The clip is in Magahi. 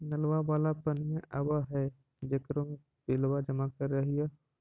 नलवा वाला पनिया आव है जेकरो मे बिलवा जमा करहिऐ?